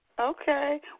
Okay